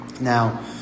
now